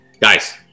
Guys